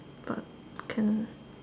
but can